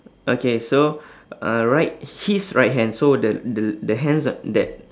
okay so uh right his right hand so the the the hands are that